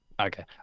okay